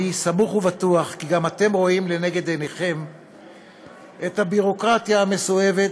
אני סמוך ובטוח כי גם אתם רואים לנגד עיניכם את הביורוקרטיה המסואבת,